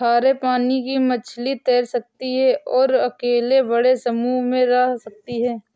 खारे पानी की मछली तैर सकती है और अकेले बड़े समूह में रह सकती है